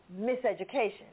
miseducation